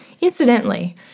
Incidentally